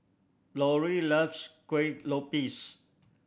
Loree loves Kueh Lopes